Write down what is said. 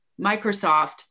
Microsoft